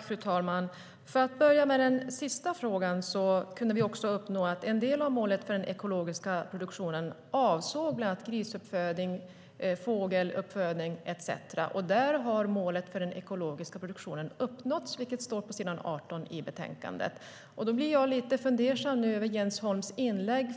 Fru talman! Låt mig börja med den sista frågan. Vi kunde också uppnå att en del av målet för den ekologiska produktionen skulle avse bland annat grisuppfödning och fågeluppfödning. Där har målet för den ekologiska produktionen uppnåtts, vilket står på s. 18 i betänkandet. Jag blir lite fundersam över Jens Holms inlägg.